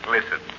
Listen